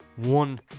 One